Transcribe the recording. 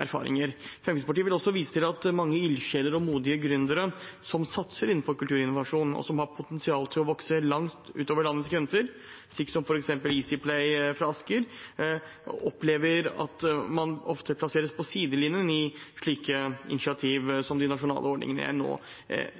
erfaringer. Fremskrittspartiet vil også vise til at det er mange ildsjeler og modige gründere som satser innenfor kulturinnovasjon, og som har potensial til å vokse langt utover landets grenser, slik som f.eks. Easy Play fra Asker, men som opplever at man ofte plasseres på sidelinjen i slike initiativ som de nasjonale ordningene jeg nå